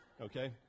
Okay